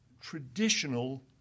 traditional